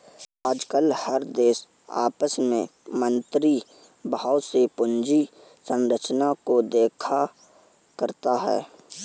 आजकल हर देश आपस में मैत्री भाव से पूंजी संरचना को देखा करता है